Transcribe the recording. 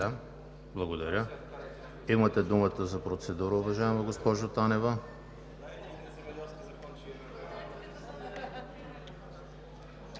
Процедура? Имате думата за процедура, уважаема госпожо Танева.